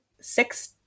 Six